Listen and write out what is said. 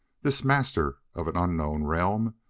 this master of an unknown realm,